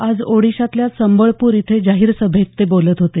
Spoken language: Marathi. आज ओडिशातल्या संबळपूर इथे जाहीर सभेत ते बोलत होते